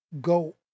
go